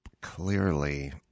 clearly –